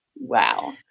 wow